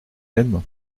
aime